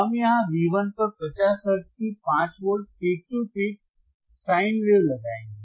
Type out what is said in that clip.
हम यहां V1 पर 50 हर्ट्ज की 5 volt peak to peak sine wave लगाएंगे